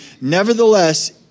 Nevertheless